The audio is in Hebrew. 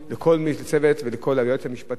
לכל הצוות ולייעוץ המשפטי,